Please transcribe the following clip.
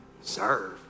serve